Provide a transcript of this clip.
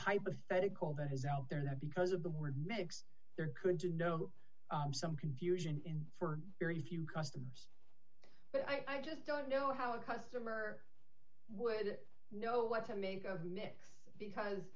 hypothetical that is out there now because of the word mix there could be some confusion in for very few customers but i just don't know how a customer would know what to make a mix because